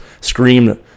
screamed